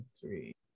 Three